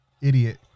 idiot